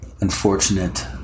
unfortunate